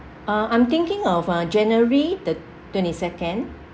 uh I'm thinking of uh january the twenty second